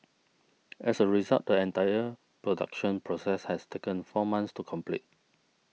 as a result the entire production process has taken four months to complete